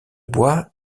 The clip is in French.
bois